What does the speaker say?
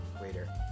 later